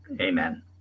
amen